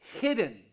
hidden